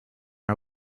our